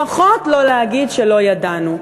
לפחות לא להגיד שלא ידענו.